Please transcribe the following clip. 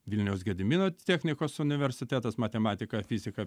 vilniaus gedimino technikos universitetas matematika fizika